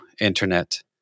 internet